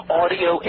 audio